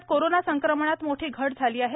देशात कोरोना संक्रमणात मोठी घट झाली आहे